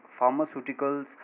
pharmaceuticals